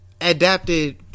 Adapted